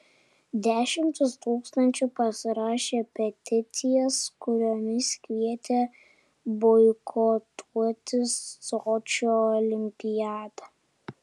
dešimtys tūkstančių pasirašė peticijas kuriomis kvietė boikotuoti sočio olimpiadą